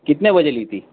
کتنے بجے لی تھی